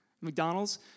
McDonald's